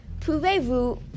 Pouvez-vous